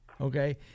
Okay